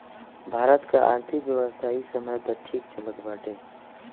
भारत कअ आर्थिक व्यवस्था इ समय तअ ठीक चलत बाटे